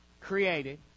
created